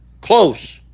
close